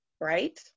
right